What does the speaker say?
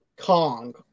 Kong